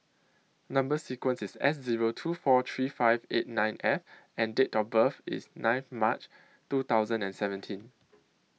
Number sequence IS S Zero two four three five eight nine F and Date of birth IS nine March two thousand and seventeen